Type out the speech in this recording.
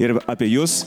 ir apie jus